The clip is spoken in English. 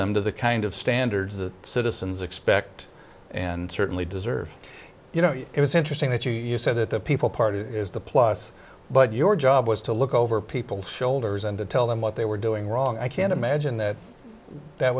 them to the kind of standards that citizens expect and certainly deserve you know you it was interesting that you said that the people part of it is the plus but your job was to look over people's shoulders and to tell them what they were doing wrong i can't imagine that that